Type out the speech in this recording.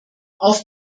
auf